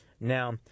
Now